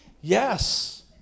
Yes